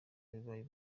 bibaye